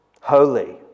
holy